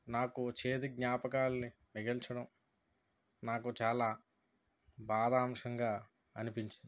నాకు చేదు జ్ఞాపకాలని మిగల్చడం నాకు చాలా బాధాంశంగా అనిపించింది